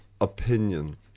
opinion